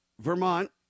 Vermont